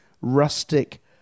rustic